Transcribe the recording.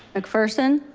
mcpherson.